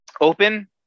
open